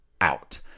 out